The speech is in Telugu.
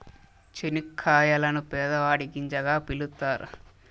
చనిక్కాయలను పేదవాడి గింజగా పిలుత్తారు